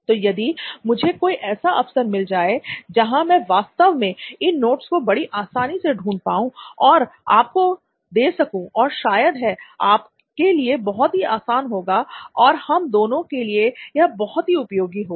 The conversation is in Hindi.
तो यदि मुझे कोई ऐसा अवसर मिले जहां मैं वास्तव में इन नोट्स को बड़ी आसानी से ढूंढ पाऊं और आपको दे सकूं तो शायद है आपके लिए बहुत ही आसान होगा और हम दोनों के लिए यह बहुत ही उपयोगी होगा